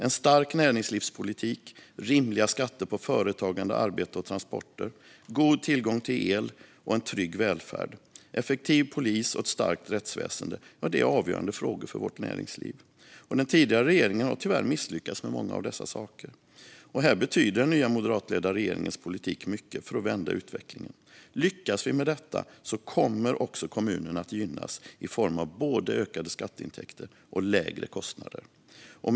En stark näringslivspolitik, rimliga skatter på företagande, arbete och transporter, god tillgång till el, en trygg välfärd, en effektiv polis och ett starkt rättsväsen är avgörande frågor för vårt näringsliv. Den tidigare regeringen har tyvärr misslyckats med många av dessa saker. Här betyder den nya, moderatledda regeringens politik mycket för att vända utvecklingen. Lyckas vi med detta kommer också kommunerna att gynnas i form av både ökade skatteintäkter och lägre kostnader. Fru talman!